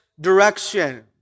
direction